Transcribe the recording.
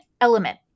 element